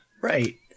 Right